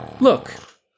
Look